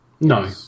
No